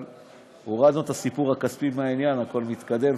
הורדנו את הסיפור הכספי מהעניין, הכול מתקדם.